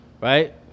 right